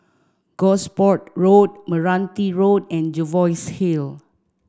Gosport Road Meranti Road and Jervois Hill